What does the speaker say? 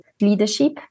leadership